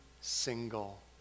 single